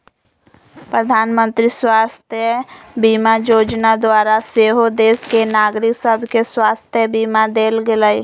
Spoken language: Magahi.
प्रधानमंत्री स्वास्थ्य बीमा जोजना द्वारा सेहो देश के नागरिक सभके स्वास्थ्य बीमा देल गेलइ